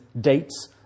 dates